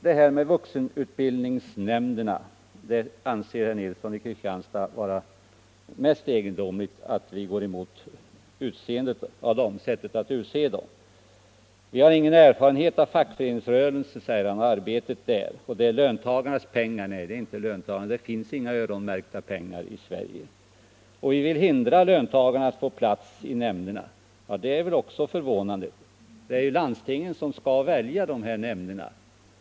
Det mest egendomliga anser herr Nilsson i Kristianstad vara att vi går emot förslaget när det gäller sättet att utse vuxenutbildningsnämnderna. Vi har ingen erfarenhet av fackföreningsrörelsen och arbetet där, säger herr Nilsson. Han säger vidare att detta är löntagarnas pengar. Nej, det är inte löntagarnas pengar; det finns inga öronmärkta pengar i Sverige. Vi vill hindra löntagarna från att få plats i nämnderna, säger herr Nilsson också. Även det uttalandet är mycket förvånande. Det är landstingen som skall välja dessa nämnder.